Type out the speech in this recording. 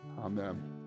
Amen